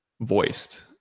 voiced